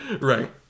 Right